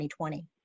2020